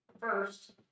first